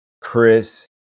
chris